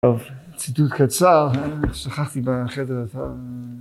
ציטוט קצר, שכחתי בחדר את ה...